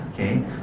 Okay